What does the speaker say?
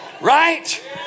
Right